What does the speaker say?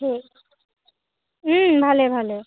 ভালেই ভালেই